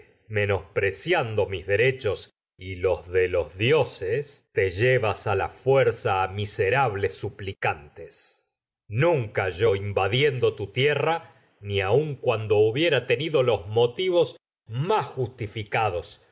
menospreciando a mis derechos serables ni y los de te llevas yo la fuerza a misuplicantes nunca invadiendo motivos tu tierra justifi aun cuando hubiera tenido los más